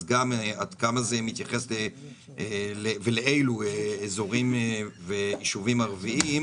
עד כמה זה מתייחס ולאילו אזורים ויישובים ערביים,